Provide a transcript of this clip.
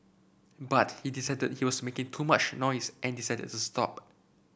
but he decided he was making too much noise and decided the stop